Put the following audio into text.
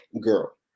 girl